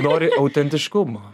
nori autentiškumo